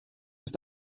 ist